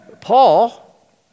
Paul